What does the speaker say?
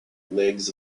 legs